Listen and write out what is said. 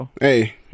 Hey